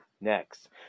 next